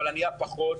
אבל ענייה פחות,